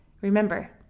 Remember